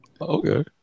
Okay